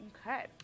Okay